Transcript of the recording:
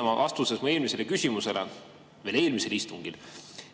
Oma vastuses mu eelmisele küsimusele veel eelmisel istungil